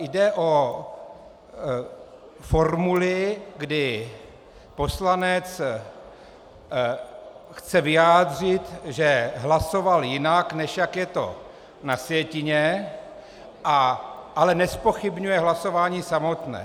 Jde o formuli, kdy poslanec chce vyjádřit, že hlasoval jinak, než jak je to na sjetině, ale nezpochybňuje hlasování samotné.